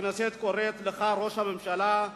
הכנסת קוראת לך, ראש הממשלה,